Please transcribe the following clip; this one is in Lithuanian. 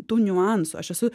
tų niuansų aš esu